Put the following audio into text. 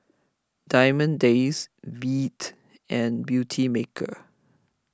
Diamond Days Veet and Beautymaker